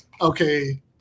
okay